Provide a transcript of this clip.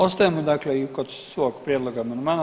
Ostajemo dakle i kod svog prijedloga amandmana.